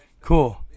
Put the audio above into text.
cool